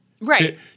Right